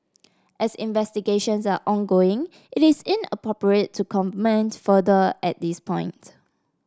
as investigations are ongoing it is inappropriate to comment further at this point